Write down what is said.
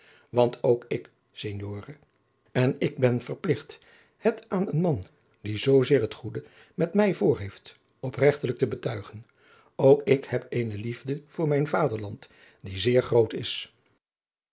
want ook ik signore en ik ben verpligt het aan een man die zoozeer het goede met mij voorheeft opregtelijk te betuigen ook ik heb eene liefde voor mijn vaderland die zeer groot is